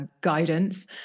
guidance